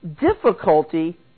difficulty